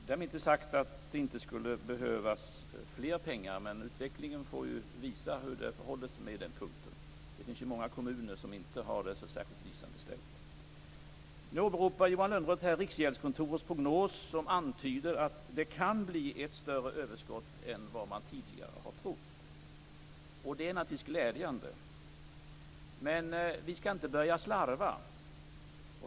Därmed inte sagt att det inte skulle behövas mer pengar, men utvecklingen får visa hur det förhåller sig på den punkten. Det finns ju många kommuner som inte har det så särskilt lysande ställt. Johan Lönnroth åberopar Riksgäldskontorets prognos, som antyder att det kan bli ett större överskott än vad man tidigare har trott. Det är naturligtvis glädjande, men vi skall inte börja slarva.